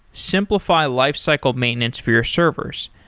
simplify lifecycle maintenance for your servers.